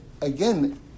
again